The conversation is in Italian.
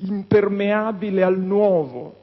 e impermeabile al nuovo,